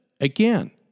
again